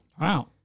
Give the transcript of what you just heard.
Wow